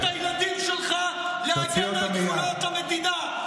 תשלח את הילדים שלך להגן על גבולות המדינה,